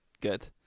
good